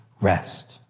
rest